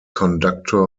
conductor